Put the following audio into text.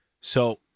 So-